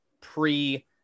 pre